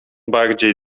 bardziej